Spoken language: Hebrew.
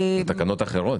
בשומר החומות?